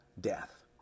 death